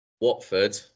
Watford